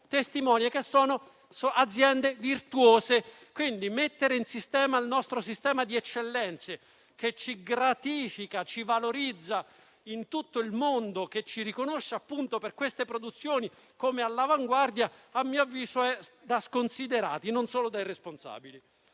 testimonia che sono aziende virtuose. Mettere in sistema il nostro sistema di eccellenze che ci gratifica e valorizza in tutto il mondo che ci riconosce, per le nostre produzioni, come un paese all'avanguardia è, a mio avviso, da sconsiderati e non solo da irresponsabili.